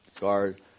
guard